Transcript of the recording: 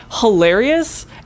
hilarious